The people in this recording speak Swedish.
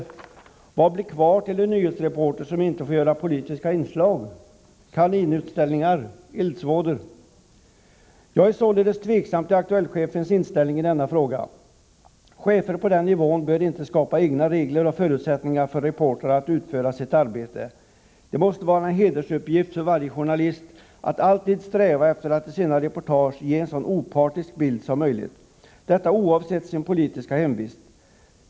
Vad blir kvar till en nyhetsreporter som inte får göra politiska inslag? Kaninutställningar, eldsvådor? Jag är således tveksam till Aktuellt-chefens inställning i denna fråga. Chefer på den nivån bör inte skapa egna regler och förutsättningar för reportrar att utföra sitt arbete. Det måste vara en hedersuppgift för varje journalist att alltid sträva efter att i sina reportage ge en så opartisk bild som möjligt — detta oavsett egen politisk hemvist.